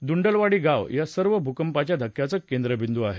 दुंडलवाडी गाव या सर्व भूकंपाच्या धक्क्यांच केंद्रबिंदू आहे